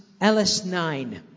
LS9